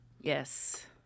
Yes